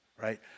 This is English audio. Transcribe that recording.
right